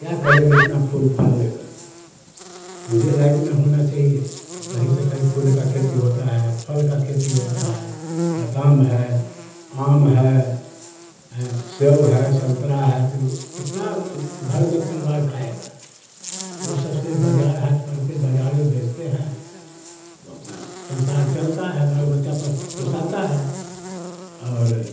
क्या करेंगे इतने फूल फल ले कर के पूजा लायक़ ना होना चाहिए अब कहीं से कहीं फूल की खेती होती है फल की खेती होती है ना तो आम है आम है हैं सेब है संतरा तो वह कितना घर में परिवार खाएगा तो वह सबसे बाज़ार हाट कर के बाज़ार में बेचते हैं तो अपना संसार चलता है बाल बच्चे पस पोसतें हैं और